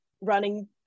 running